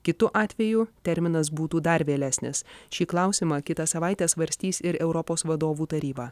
kitu atveju terminas būtų dar vėlesnis šį klausimą kitą savaitę svarstys ir europos vadovų taryba